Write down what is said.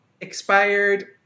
expired